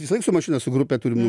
visąlaik su mašina su grupe turim